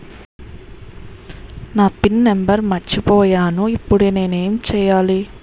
నా pin number మర్చిపోయాను ఇప్పుడు నేను ఎంచేయాలి?